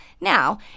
Now